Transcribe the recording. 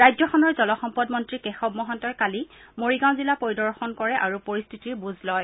ৰাজ্যখনৰ জলসম্পদ মন্ত্ৰী কেশৱ মহন্তই কালি মৰিগাঁও জিলা পৰিদৰ্শন কৰে আৰু পৰিস্থিতিৰ বুজ লয়